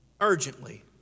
urgently